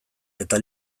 eta